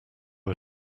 are